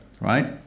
right